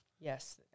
Yes